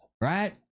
Right